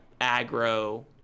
aggro